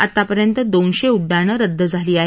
आतापर्यंत दोनशे उड्डाणं रद्द झाली आहेत